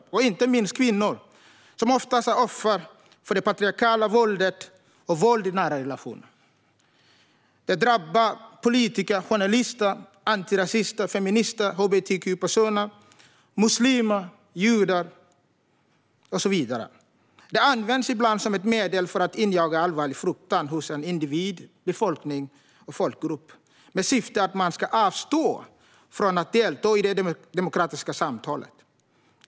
Det gäller inte minst kvinnor, som oftast är offer för det patriarkala våldet och våld i nära relation. Det drabbar politiker, journalister, antirasister, feminister, hbtq-personer, muslimer, judar och så vidare. Det används ibland som ett medel för att injaga allvarlig fruktan hos en individ, befolkning eller folkgrupp med syfte att man ska avstå från att delta i det demokratiska samtalet.